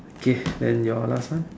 okay then your last one